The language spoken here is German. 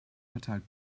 verteilt